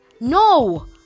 no